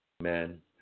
Amen